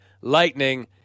Lightning